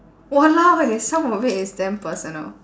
!walao! eh some of it is damn personal